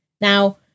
now